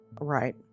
Right